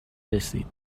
رسید